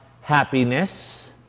happiness